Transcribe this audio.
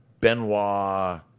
Benoit